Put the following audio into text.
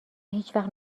هیچوقت